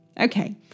Okay